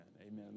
Amen